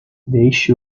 deixe